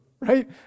right